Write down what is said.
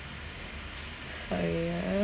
sorry ya